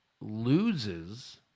loses